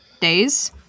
days